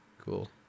cool